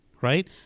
right